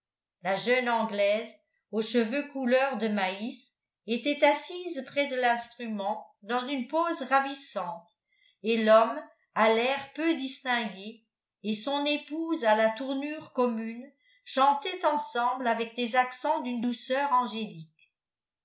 la jeune anglaise aux cheveux couleur de maïs était assise près de l'instrument dans une pose ravissante et l'homme à l'air peu distingué et son épouse à la tournure commune chantaient ensemble avec des accents d'une douceur angélique